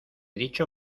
dicho